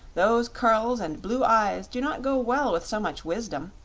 those curls and blue eyes do not go well with so much wisdom.